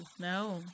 no